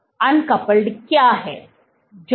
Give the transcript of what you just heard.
uncoupled क्या है